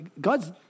God's